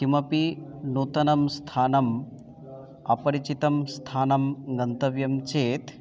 किमपि नूतनं स्थानम् अपरिचितं स्थानं गन्तव्यं चेत्